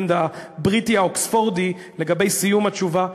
הבריטי האוקספורדי לגבי סיום התשובה,